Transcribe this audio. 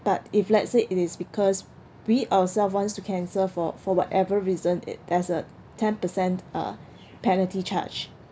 but if let's say it is because we ourselves wants to cancel for for whatever reason it there's a ten percent uh penalty charge